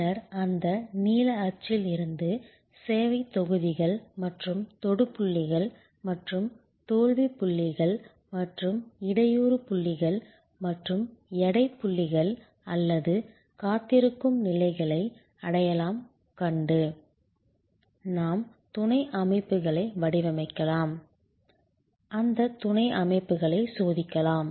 பின்னர் அந்த நீல அச்சில் இருந்து சேவைத் தொகுதிகள் மற்றும் தொடு புள்ளிகள் மற்றும் தோல்விப் புள்ளிகள் மற்றும் இடையூறு புள்ளிகள் மற்றும் எடைப் புள்ளிகள் அல்லது காத்திருக்கும் நிலைகளை அடையாளம் கண்டு நாம் துணை அமைப்புகளை வடிவமைக்கலாம் அந்த துணை அமைப்புகளை சோதிக்கலாம்